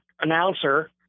announcer